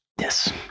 yes